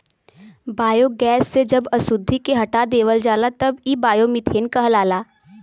biogas से जब अशुद्धि के हटा देवल जाला तब इ बायोमीथेन कहलाला